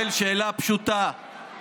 קובע שהצעת חוק התכנון והבנייה (תיקון,